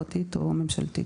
פרטית או ממשלתית.